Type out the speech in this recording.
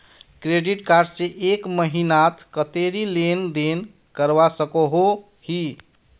Credit card से एक महीनात कतेरी लेन देन करवा सकोहो ही?